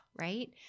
right